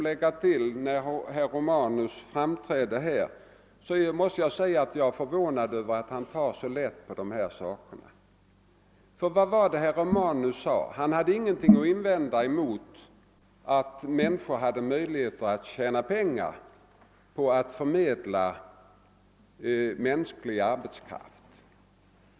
Jag vill vidare framhålla att jag är förvånad över att herr Romanus tar så lätt på dessa saker, ty vad har herr Romanus sagt? Han sade, att han inte hade någonting emot att människor hade möjligheter att tjäna pengar på att förmedla mänsklig arbetskraft.